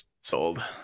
sold